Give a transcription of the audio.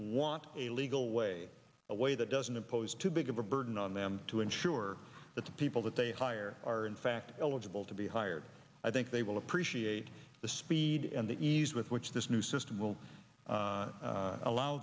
want a legal way a way that doesn't impose too big of a burden on them to ensure that the people that they hire are in fact eligible to be hired i think they will appreciate the speed and the ease with which this new system will allow